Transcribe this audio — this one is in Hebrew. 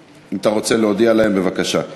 גם אם בית-הדין של הרבנות עושה את הגיור זה